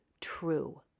true